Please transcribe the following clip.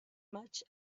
maig